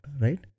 right